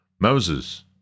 Moses